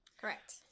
Correct